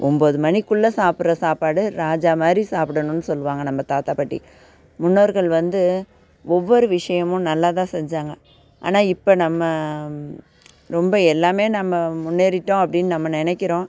ஒம்பது மணிக்குள்ளே சாப்பிட்ற சாப்பாடு ராஜா மாதிரி சாப்பிடணும்னு சொல்லுவாங்க நம்ம தாத்தா பாட்டி முன்னோர்கள் வந்து ஒவ்வொரு விஷயமும் நல்லா தான் செஞ்சாங்க ஆனால் இப்போ நம்ம ரொம்ப எல்லாமே நம்ம முன்னேறிவிட்டோம் அப்படின்னு நம்ம நினைக்கிறோம்